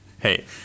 Hey